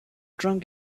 drunk